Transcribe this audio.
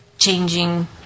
Changing